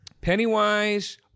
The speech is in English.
Pennywise